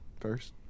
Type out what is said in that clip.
first